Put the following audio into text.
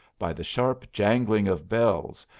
by the sharp jangling of bells,